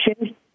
change